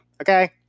okay